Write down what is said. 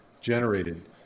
generated